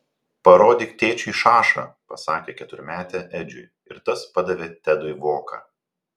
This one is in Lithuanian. parodyk tėčiui šašą pasakė keturmetė edžiui ir tas padavė tedui voką